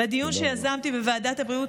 בדיון שיזמתי בוועדת הבריאות,